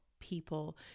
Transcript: people